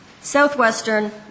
Southwestern